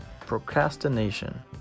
procrastination